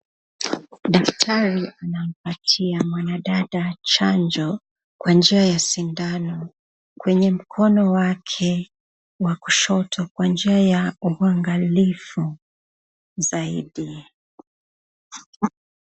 Daktari anampatia mwanadada chanjo kwa njia ya sindano kwenye mkono wake wa kushoto kwa njia ya uangalifu zaidi.